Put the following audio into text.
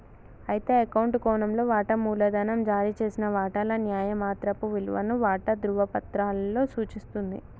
అయితే అకౌంట్ కోణంలో వాటా మూలధనం జారీ చేసిన వాటాల న్యాయమాత్రపు విలువను వాటా ధ్రువపత్రాలలో సూచిస్తుంది